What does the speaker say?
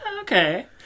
okay